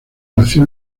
nació